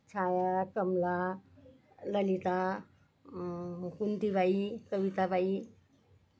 Chhaya Kamala Lalita Kuntibai Kavitabai